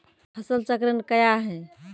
फसल चक्रण कया हैं?